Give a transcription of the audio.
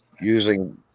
using